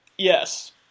Yes